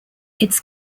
its